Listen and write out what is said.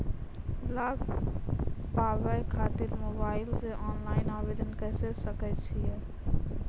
लाभ पाबय खातिर मोबाइल से ऑनलाइन आवेदन करें सकय छियै?